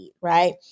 right